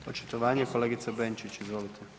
Očitovanje, kolegice Benčić, izvolite.